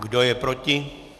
Kdo je proti?